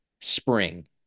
spring